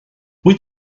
wyt